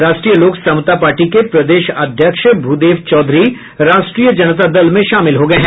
राष्ट्रीय लोक समता पार्टी के प्रदेश अध्यक्ष भूदेव चौधरी राष्ट्रीय जनता दल में शामिल हो गये हैं